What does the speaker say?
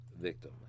victim